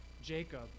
Jacob